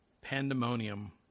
Pandemonium